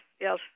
yes